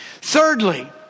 Thirdly